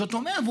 זאת אומרת,